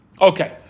Okay